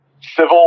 civil